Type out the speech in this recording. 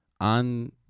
on